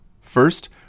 First